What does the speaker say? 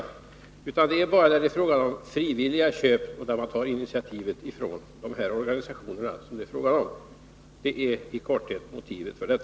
Detta gäller bara i fråga om frivilliga köp och när dessa organisationer tar initiativet. Det är i korthet motivet.